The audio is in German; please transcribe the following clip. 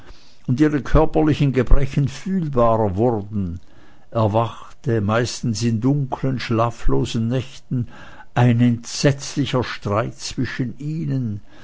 und ihre körperlichen gebrechen fühlbarer wurden erwachte meistens in dunklen schlaflosen nächten ein entsetzlicher streit zwischen ihnen